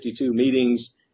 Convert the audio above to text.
meetings